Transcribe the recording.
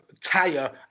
tire